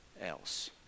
else